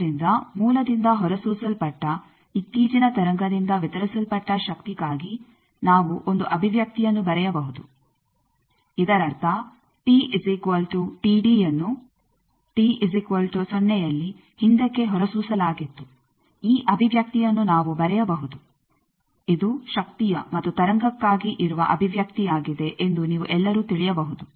ಆದ್ದರಿಂದ ಮೂಲದಿಂದ ಹೊರಸೂಸಲ್ಪಟ್ಟ ಇತ್ತೀಚಿನ ತರಂಗದಿಂದ ವಿತರಿಸಲ್ಪಟ್ಟ ಶಕ್ತಿಗಾಗಿ ನಾವು ಒಂದು ಅಭಿವ್ಯಕ್ತಿಯನ್ನು ಬರೆಯಬಹುದು ಇದರರ್ಥ ಯನ್ನು ಯಲ್ಲಿ ಹಿಂದಕ್ಕೆ ಹೊರಸೂಸಲಾಗಿತ್ತು ಈ ಅಭಿವ್ಯಕ್ತಿಯನ್ನು ನಾವು ಬರೆಯಬಹುದು ಇದು ಶಕ್ತಿಯ ಮತ್ತು ತರಂಗಕ್ಕಾಗಿ ಇರುವ ಅಭಿವ್ಯಕ್ತಿಯಾಗಿದೆ ಎಂದು ನೀವು ಎಲ್ಲರೂ ತಿಳಿಯಬಹುದು